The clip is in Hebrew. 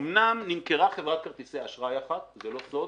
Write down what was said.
אומנם נמכרה חברת כרטיסי אשראי אחת, זה לא סוד.